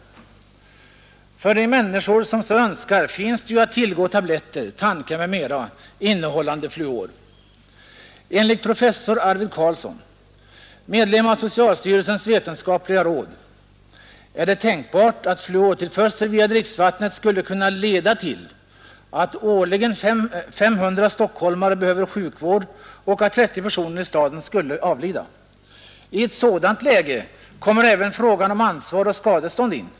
För de människor som så önskar finns det ju att tillgå tabletter, tandkräm m.m. innehållande fluor. Enligt professor Arvid Carlsson, medlem av socialstyrelsens vetenskapliga råd, är det tänkbart att fluortillförsel via dricksvattnet skulle kunna leda till att årligen 500 stockholmare behöver sjukvård och att 30 personer i staden avlider. I ett sådant läge kommer även frågan om ansvar och skadestånd in.